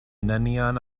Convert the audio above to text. nenian